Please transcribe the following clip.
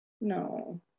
No